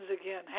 again